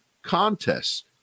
contests